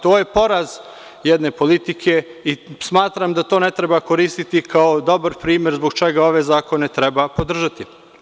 To je poraz jedne politike i smatram da to ne treba koristiti kao dobar primer zbog čega ove zakone treba podržati.